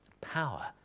Power